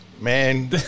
Man